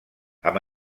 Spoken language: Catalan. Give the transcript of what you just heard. amb